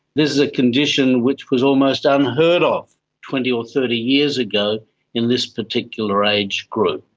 this is a condition which was almost ah unheard of twenty or thirty years ago in this particular age group.